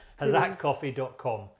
Hazakcoffee.com